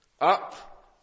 Up